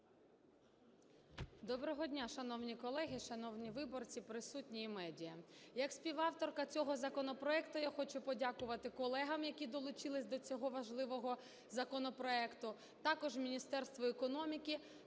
Доброго дня, шановні колеги, шановні виборці, присутні і медіа! Як співавторка цього законопроекту я хочу подякувати колегам, які долучилися до цього важливого законопроекту, також Міністерству економіки